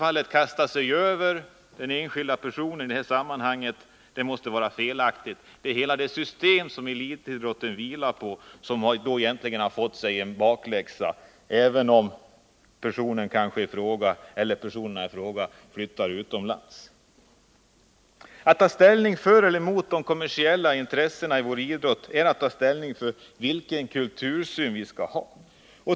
Att kasta sig över den enskilda personen i ett sådant sammanhang måste vara felaktigt. Egentligen är det hela det system som elitidrotten vilar på som får bakläxa när personerna i fråga flyttar utomlands. Att taställning för eller emot det kommersiella i vår idrott är att ta ställning till vilken kultursyn vi skall ha.